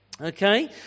okay